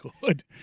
good